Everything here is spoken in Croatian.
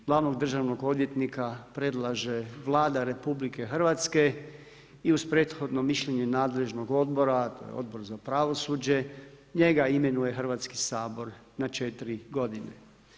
Glavnog državnog odvjetnika predlaže Vlada Republike Hrvatske i uz prethodno mišljenje nadležnog Odbora, Odbor za pravosuđe, njega imenuje Hrvatski sabor na 4 godine.